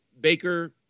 Baker